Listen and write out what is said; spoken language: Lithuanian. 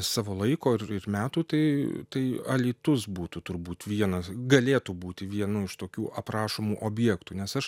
savo laiko ir ir metų tai tai alytus būtų turbūt vienas galėtų būti vienu iš tokių aprašomų objektų nes aš